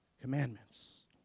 commandments